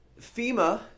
FEMA